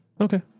Okay